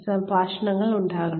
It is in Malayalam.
സംഭാഷണങ്ങൾ ഉണ്ടാകണം